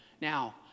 Now